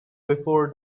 before